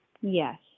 Yes